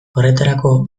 horretarako